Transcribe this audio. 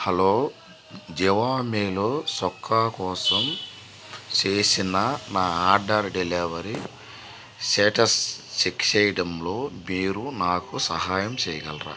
hello జివామేలో చొక్కా కోసం చేసిన నా ఆర్డర్ డెలివేరి స్టేటస్ చెక్ చేయడంలో మీరు నాకు సహాయం చేయగలరా